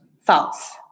False